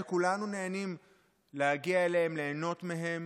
שכולנו נהנים להגיע אליהם וליהנות מהם,